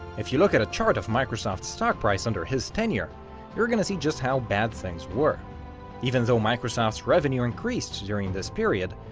if you look at a chart of microsoft's stock price under his tenure you're gonna see just how bad things were even though microsoft's revenue increased during this period,